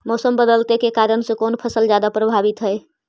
मोसम बदलते के कारन से कोन फसल ज्यादा प्रभाबीत हय?